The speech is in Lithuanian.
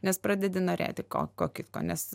nes pradedi norėti ko ko kitko nes